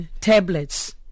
tablets